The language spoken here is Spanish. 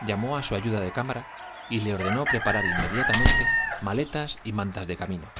llamó á su ayuda de cámara y maletas y mantas ordenó preparar inmediatamente de camino